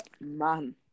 man